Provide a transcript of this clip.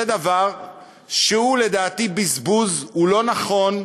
זה דבר שלדעתי הוא בזבוז, הוא לא נכון.